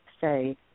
say